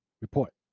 Report